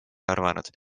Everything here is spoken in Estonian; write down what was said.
arvanud